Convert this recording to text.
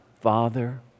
Father